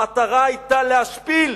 המטרה היתה להשפיל.